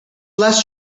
less